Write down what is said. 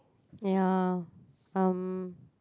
ya um